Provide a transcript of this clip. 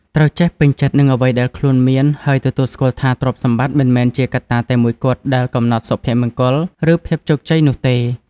ត្រូវចេះពេញចិត្តនឹងអ្វីដែលខ្លួនមាន ហើយទទួលស្គាល់ថាទ្រព្យសម្បត្តិមិនមែនជាកត្តាតែមួយគត់ដែលកំណត់សុភមង្គល ឬភាពជោគជ័យនោះទេ។